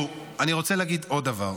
אני רוצה להגיד עוד דבר.